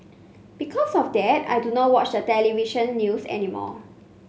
because of that I do not watch the television news anymore